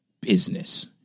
business